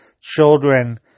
children